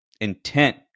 intent